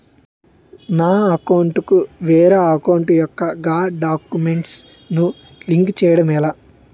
నా అకౌంట్ కు వేరే అకౌంట్ ఒక గడాక్యుమెంట్స్ ను లింక్ చేయడం ఎలా?